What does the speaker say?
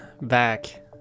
back